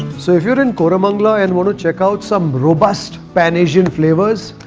so if you're in koramangala and want to check out some robust pan asian flavours.